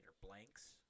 blanks